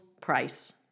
Price